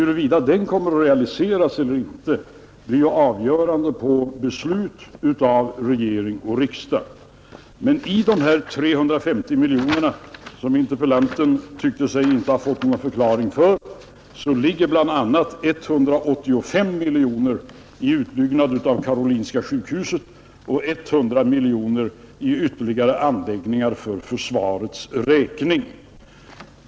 Huruvida denna kommer att realiseras eller inte är beroende av beslut av regering och riksdag. Men i dessa 350 miljoner, som interpellanten inte tyckte sig ha fått någon förklaring på, ligger bl.a. 185 miljoner för utbyggnad av Karolinska sjukhuset och 100 miljoner för ytterligare anläggningar för försvarets räkning.